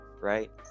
right